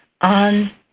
on